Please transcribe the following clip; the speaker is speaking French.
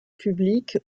public